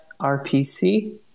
RPC